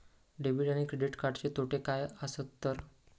Debit आणि credit कार्डचे तोटे काय आसत तर?